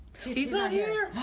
he's not here.